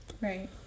right